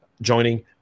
joining